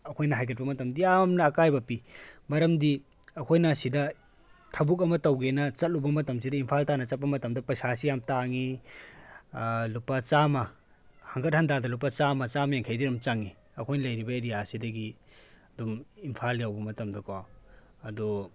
ꯑꯩꯈꯣꯏꯅ ꯍꯥꯏꯒꯠꯄ ꯃꯇꯝꯗ ꯌꯥꯝꯅ ꯑꯀꯥꯏꯕꯄꯤ ꯃꯔꯝꯗꯤ ꯑꯩꯈꯣꯏꯅ ꯁꯤꯗ ꯊꯕꯛ ꯑꯃ ꯇꯧꯒꯦꯅ ꯆꯠꯂꯨꯕ ꯃꯇꯝꯁꯤꯗ ꯏꯝꯐꯥꯜ ꯇꯥꯟꯅ ꯆꯠꯄ ꯃꯇꯝꯗ ꯄꯩꯁꯥꯁꯤ ꯌꯥꯝ ꯇꯥꯡꯉꯤ ꯂꯨꯄꯥ ꯆꯥꯝꯃ ꯍꯪꯀꯠ ꯍꯟꯗꯥꯗ ꯂꯨꯄꯥ ꯆꯥꯝꯃ ꯆꯥꯝꯃ ꯌꯥꯡꯈꯩꯗꯤ ꯑꯗꯨꯝ ꯆꯪꯉꯤ ꯑꯩꯈꯣꯏ ꯂꯩꯔꯤꯕ ꯑꯦꯔꯤꯌꯥꯁꯤꯗꯒꯤ ꯑꯗꯨꯝ ꯏꯝꯐꯥꯜ ꯌꯧꯕ ꯃꯇꯝꯗꯀꯣ ꯑꯗꯨ